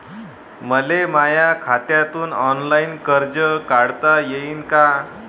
मले माया खात्यातून ऑनलाईन कर्ज काढता येईन का?